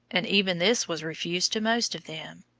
and even this was refused to most of them.